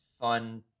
fun